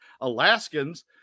Alaskans